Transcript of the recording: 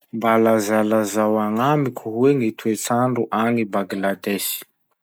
Mba lazalazao agnamiko hoe gny toetsandro agny Bangladesy?